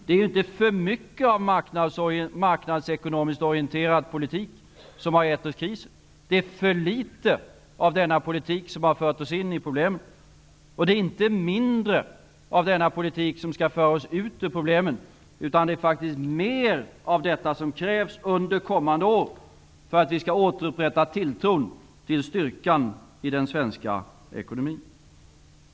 Det är inte för mycket av marknadsekonomiskt orienterad politik som har gett oss krisen, utan det är för litet av denna politik som har fört oss in i problemen. Det är inte mindre av denna politik som skall föra oss ut ur problemen, utan det är faktiskt mer av den som krävs under kommande år för att vi skall kunna återupprätta tilltron till styrkan i den svenska ekonomin.